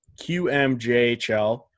QMJHL